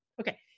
okay